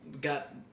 Got